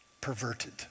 Perverted